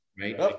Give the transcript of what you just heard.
Right